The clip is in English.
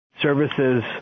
services